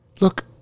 look